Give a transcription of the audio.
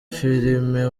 filime